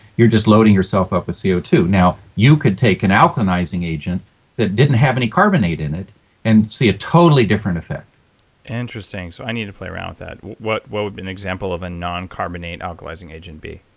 you're just loading yourself up with c o two. now, you could take an alkalizing agent that didn't have any carbonate in it and see a totally different effect. dave interesting. so i need to play around with that. what what would an example of a non-carbonate alkalizing agent be?